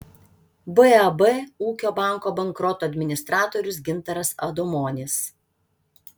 bab ūkio banko bankroto administratorius gintaras adomonis